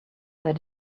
that